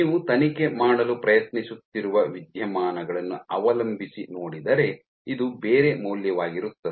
ನೀವು ತನಿಖೆ ಮಾಡಲು ಪ್ರಯತ್ನಿಸುತ್ತಿರುವ ವಿದ್ಯಮಾನಗಳನ್ನು ಅವಲಂಬಿಸಿ ನೋಡಿದರೆ ಇದು ಬೇರೆ ಮೌಲ್ಯವಾಗಿರುತ್ತದೆ